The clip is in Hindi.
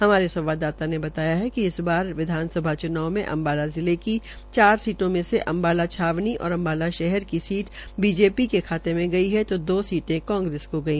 हमारे संवादददाता ने बताया कि इस बार विधानस्भा चनाव में अम्बाला जिले की चार सीटों में से अम्बाला छावनी की चार सीट बीजेपी के खाते में गई है तो दो सीटे कांग्रेस को गई